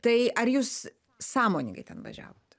tai ar jūs sąmoningai ten važiavot